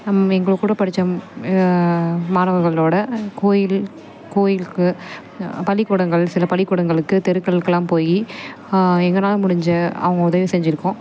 எங்கள் கூட படித்த மாணவர்களோடு கோயில் கோயிலுக்கு பள்ளிக்கூடங்கள் சில பள்ளிக்கூடங்களுக்கு தெருக்களுக்கெலாம் போய் எங்கனாலே முடிஞ்ச அவங்க உதவி செஞ்சுருக்கோம்